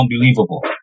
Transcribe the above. unbelievable